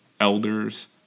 elders